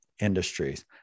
industries